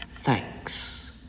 thanks